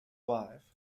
wife